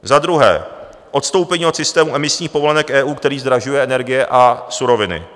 Za druhé odstoupení od systému emisních povolenek EU, který zdražuje energie a suroviny.